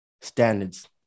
standards